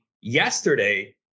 yesterday